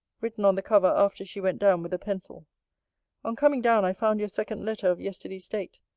written on the cover, after she went down, with a pencil on coming down, i found your second letter of yesterday's date.